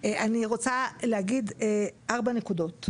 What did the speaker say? אני רוצה להגיד שלוש נקודות.